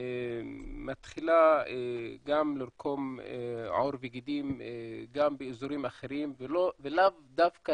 מתחילים לקרום עור וגידים גם באזורים אחרים ולאו דווקא